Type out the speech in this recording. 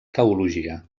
teologia